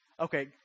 Okay